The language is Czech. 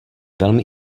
velmi